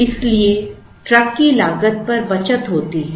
इसलिए ट्रक की लागत पर बचत होती है